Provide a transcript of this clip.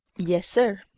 yes, sir.